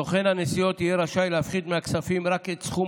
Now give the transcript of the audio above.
סוכן הנסיעות יהיה רשאי להפחית מהכספים רק את סכום